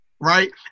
right